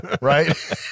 right